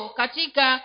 katika